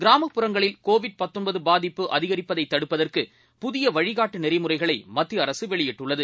கிராமப்புறங்களில்கோவிட்பாதிப்புஅதிகரிப்பதைத்தடுப்பதற்குபுதியவழிகாட் டுநெறிமுறைகளைமத்தியஅரசுவெளியிட்டுள்ளது